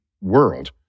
world